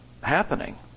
happening